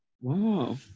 Wow